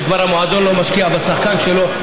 כשהמועדון כבר לא משקיע בשחקן שלו.